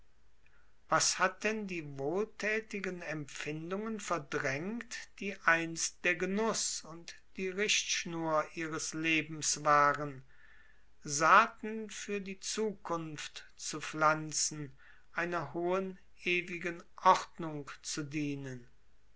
was hat denn die wohltätigen empfindungen verdrängt die einst der genuß und die richtschnur ihres lebens waren saaten für die zukunft zu pflanzen einer hohen ewigen ordnung zu dienen